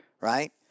right